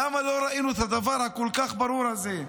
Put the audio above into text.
למה לא ראינו את הדבר הכל-כך ברור הזה?